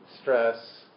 stress